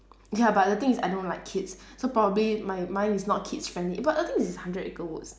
ya but the thing is I don't like kids so probably mine mine is not kids friendly but the thing is it's hundred acre woods